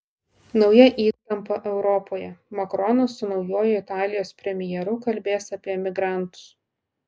nauja įtampa europoje makronas su naujuoju italijos premjeru kalbės apie migrantus